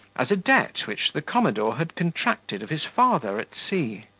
as a debt which the commodore had contracted of his father at sea.